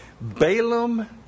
Balaam